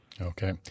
Okay